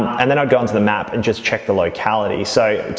and then i'd go onto the map and just check the locality. so,